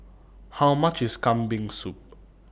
How much IS Kambing Soup